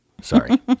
Sorry